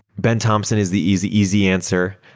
ben thompson is the easy, easy answer.